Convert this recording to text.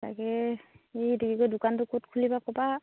তাকে এই তেনেকে দোকানটো ক'ত খুলিব ক'বা